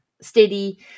steady